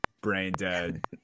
brain-dead